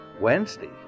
Wednesday